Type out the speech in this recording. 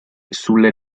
sulle